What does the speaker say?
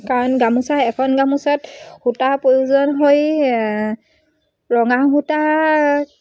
কাৰণ গামোচা এখন গামোচাত সূতা প্ৰয়োজন হৈ ৰঙা সূতা